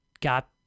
got